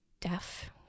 deaf